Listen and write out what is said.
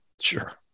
Sure